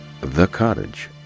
thecottage